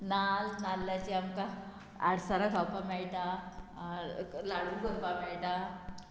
नाल्ल नाल्ल्याची आमकां आडसारां खावपाक मेळटा लाडू करपाक मेळटा